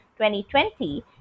2020